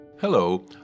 Hello